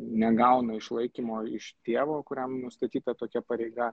negauna išlaikymo iš tėvo kuriam nustatyta tokia pareiga